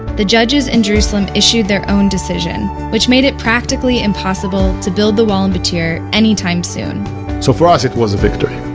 the judges in jerusalem issued their own decision, which made it practically impossible to build the wall in battir any time soon so for us, it was a victory